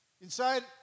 inside